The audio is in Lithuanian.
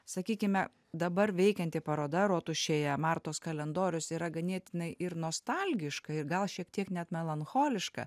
sakykime dabar veikianti paroda rotušėje martos kalendorius yra ganėtinai ir nostalgiška ir gal šiek tiek net melancholiška